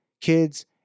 kids